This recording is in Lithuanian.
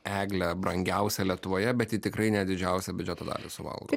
eglė brangiausia lietuvoje bet ji tikrai ne didžiausią biudžeto dalį suvalgo